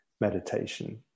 meditation